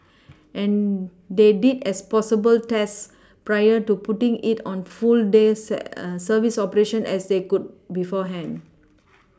and they did as possible tests prior to putting it on full day say service operation as they could beforehand